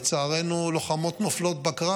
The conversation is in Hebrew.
לצערנו, לוחמות נופלות בקרב.